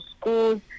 schools